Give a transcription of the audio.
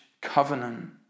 covenant